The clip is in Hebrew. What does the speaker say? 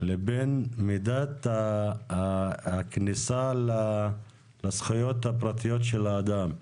לבין מידת הכניסה לזכויות הפרטיות של האדם,